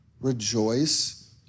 Rejoice